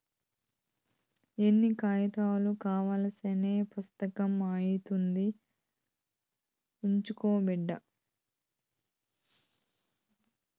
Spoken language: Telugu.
ఎన్నో కాయితాలు కలస్తేనే పుస్తకం అయితాది, అట్టా సించకు బిడ్డా